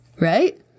Right